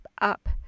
up